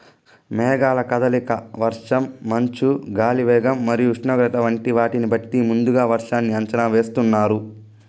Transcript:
మేఘాల కదలిక, వర్షం, మంచు, గాలి వేగం మరియు ఉష్ణోగ్రత వంటి వాటిని బట్టి ముందుగా వర్షాన్ని అంచనా వేస్తున్నారు